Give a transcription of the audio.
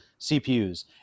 CPUs